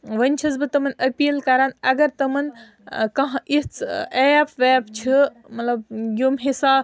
وۄنۍ چھیٚس بہٕ تِمَن أپیٖل کَران اگر تِمَن ٲں کانٛہہ یِژھ ایپ ویپ چھِ مطلب یِم حِساب